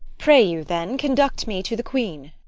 pray you, then, conduct me to the queen.